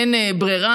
אין ברירה.